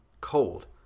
cold